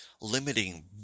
limiting